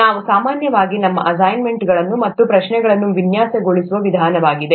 ನಾವು ಸಾಮಾನ್ಯವಾಗಿ ನಮ್ಮ ಅಸೈನ್ಮೆಂಟ್ಗಳನ್ನು ಮತ್ತು ಪರೀಕ್ಷೆಗಳನ್ನು ವಿನ್ಯಾಸಗೊಳಿಸುವ ವಿಧಾನವಾಗಿದೆ